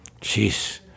jeez